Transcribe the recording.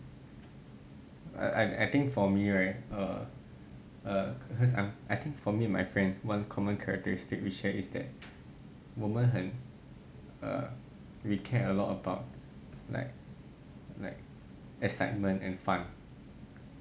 I I think for me right err err cause I think for me and my friend one common characteristic we share is that 我们很 err we care a lot about like like excitement and fun